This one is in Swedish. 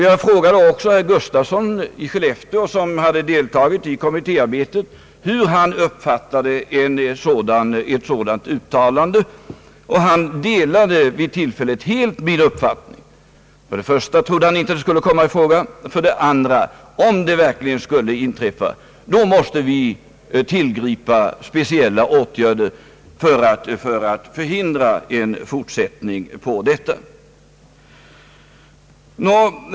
Jag frågade också herr Gustafsson i Skellefteå, som hade deltagit i kommittéarbetet, hur han uppfattade ett sådant uttalande. Han instämde helt i min uppfattning — för det första trodde han inte att sådana höjningar skulle komma i fråga, för det andra menade han att om dylikt verkligen skulle inträffa måste vi tillgripa speciella åtgärder för att att hindra en fortsättning.